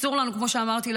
כמו שאמרתי,